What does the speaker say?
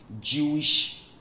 Jewish